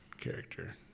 character